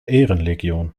ehrenlegion